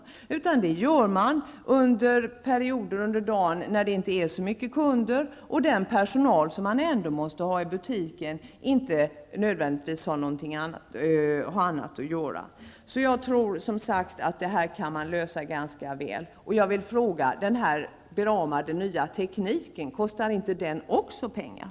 Sådant gör man under perioder av dagen då det inte är så många kunder och den personal som man ändå måste ha i butiken inte nödvändigtvis har någonting annat att göra. Jag tror som sagt att man kan lösa detta problem ganska väl. Jag vill fråga: Den beramade nya tekniken, kostar inte den också pengar?